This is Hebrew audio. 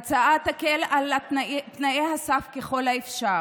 ההצעה תקל את תנאי הסף ככל האפשר